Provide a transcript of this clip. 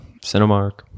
Cinemark